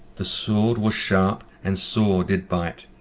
the sword was sharp, and sore did byte,